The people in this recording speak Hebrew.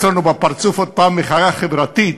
לנו בפרצוף עוד פעם מחאה חברתית,